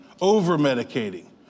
over-medicating